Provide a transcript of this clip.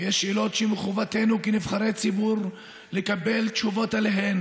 אירוע מטלטל, אתה יכול להגיד דברים אחרים,